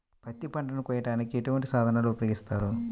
పత్తి పంటను కోయటానికి ఎటువంటి సాధనలు ఉపయోగిస్తారు?